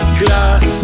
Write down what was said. glass